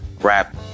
rap